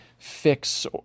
Fix